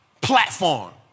platform